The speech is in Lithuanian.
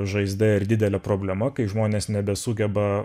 žaizda ir didelė problema kai žmonės nebesugeba